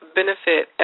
benefit